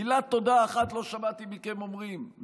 מילת תודה אחת לא שמעתי אתכם אומרים,